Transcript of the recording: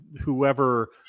whoever –